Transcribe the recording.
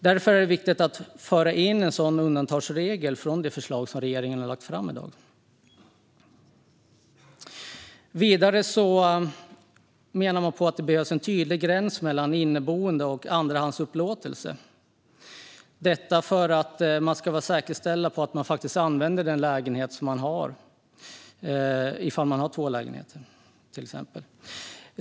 Därför är det viktigt att det förs in en sådan undantagsregel från det förslag som regeringen har lagt fram. Vidare menar man att det behövs en tydlig gräns mellan inneboende och andrahandsupplåtelse, detta för att det ska säkerställas att den som har en lägenhet faktiskt använder den, exempelvis om denna person har två lägenheter.